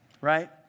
right